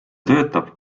töötab